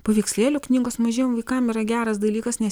paveikslėlių knygos mažiem vaikam yra geras dalykas nes